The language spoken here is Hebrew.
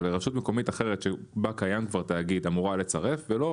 אבל לרשות מקומית אחרת שבה קיים כבר תאגיד אמורה לצרף ולא,